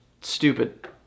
Stupid